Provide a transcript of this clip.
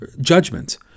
judgment